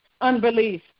unbelief